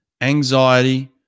anxiety